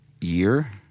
year